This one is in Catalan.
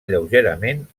lleugerament